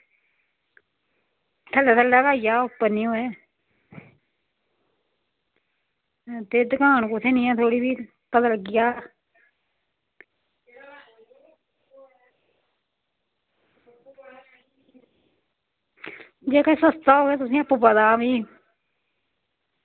थल्लै थल्लै गै आई जा उप्पर निं होऐ ते दकान कुत्थें नेही ऐ थोह्ड़ी पता लग्गी जा जित्थें सस्ता होग तुसेंगी आपूं पता फ्ही